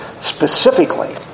specifically